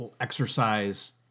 exercise